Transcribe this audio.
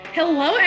hello